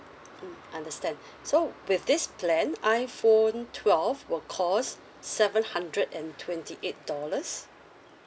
mm understand so with this plan iPhone twelve will cost seven hundred and twenty eight dollars